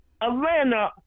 Atlanta